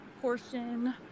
portion